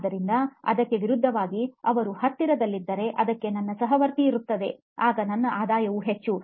ಆದ್ದರಿಂದ ಅದಕ್ಕೆ ವಿರುದ್ಧವಾಗಿ ಅವರು ಹತ್ತಿರದಲ್ಲಿದ್ದರೆ ಅದಕ್ಕೆ ನನ್ನ ಸಹವರ್ತಿ ಇರುತ್ತದೆ ಆಗ ನನ್ನ ಆದಾಯ ಹೆಚ್ಚು